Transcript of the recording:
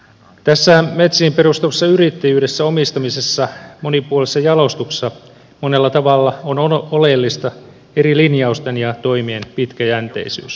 tässä metsiin perustuvassa yrittäjyydessä omistamisessa monipuolisessa jalostuksessa monella tavalla on oleellista eri linjausten ja toimien pitkäjänteisyys